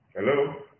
Hello